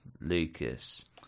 Lucas